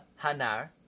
Hanar